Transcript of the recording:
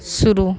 शुरू